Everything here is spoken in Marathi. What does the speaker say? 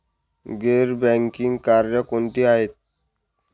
गैर बँकिंग कार्य कोणती आहेत?